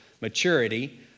maturity